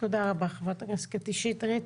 תודה רבה, חברת הכנסת קטי שטרית.